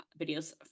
videos